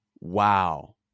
Wow